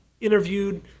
interviewed